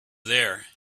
there